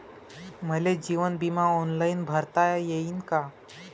मले जीवन बिमा ऑनलाईन भरता येईन का?